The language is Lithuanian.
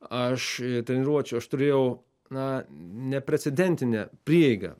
aš treniruočių aš turėjau na neprecedentinę prieigą